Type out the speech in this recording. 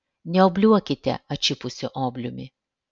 neobliuokite atšipusiu obliumi